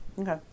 Okay